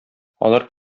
алар